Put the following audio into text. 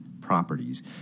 properties